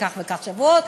היא כך וכך שבועות,